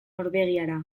norbegiara